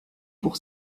pour